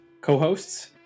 co-hosts